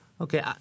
Okay